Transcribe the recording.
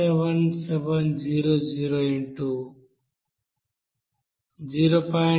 022 కు సమానం